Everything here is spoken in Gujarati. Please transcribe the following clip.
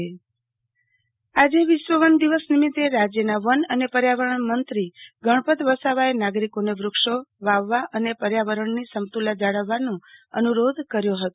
આરતીબેન ભદ્દ વિશ્વ વન દિવસ આજે વિશ્વ વન દિવસ નિમિતે રાજ્યના વન અને પર્યાવરણમંત્રી ગણપત વસાવાએ નાગરિકોનેને વુક્ષો વાવવી અને પર્યાવરણની સમતુલા જાળવવાનો અનુરોધ કર્યો હતો